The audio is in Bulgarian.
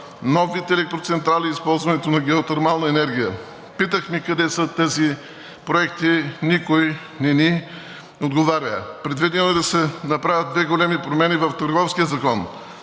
нов вид електроцентрали, използването на геотермална енергия. Питахме къде са тези проекти – никой не ни отговори. Предвидено е да се направят две големи промени в Търговския закон.